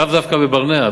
לאו דווקא בשכונת-ברנע,